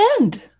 end